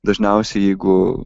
dažniausiai jeigu